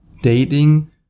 dating